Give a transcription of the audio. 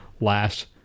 last